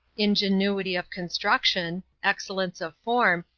ingenuity of construction, excellence of form,